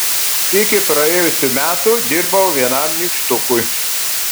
iki praėjusių metų dirbau vienam nykštukui